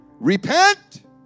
Repent